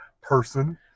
person